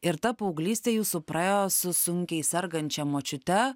ir ta paauglystė jūsų praėjo su sunkiai sergančia močiute